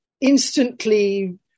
Instantly